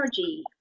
energy